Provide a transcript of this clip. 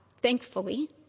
thankfully